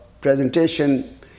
presentation